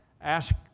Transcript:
ask